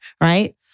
right